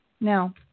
Now